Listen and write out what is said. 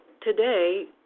today